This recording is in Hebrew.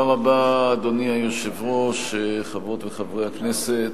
אדוני היושב-ראש, תודה רבה, חברות וחברי הכנסת,